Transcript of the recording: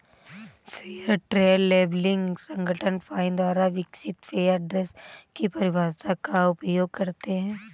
fair trade labelling संगठन FINE द्वारा विकसित फेयर ट्रेड की परिभाषा का उपयोग करते हैं